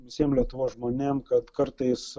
visiem lietuvos žmonėm kad kartais